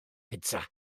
pitsa